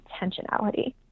intentionality